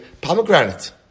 pomegranate